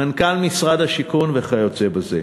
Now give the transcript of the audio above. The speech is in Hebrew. מנכ"ל משרד השיכון וכיוצא בזה.